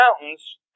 mountains